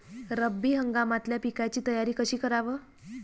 रब्बी हंगामातल्या पिकाइची तयारी कशी कराव?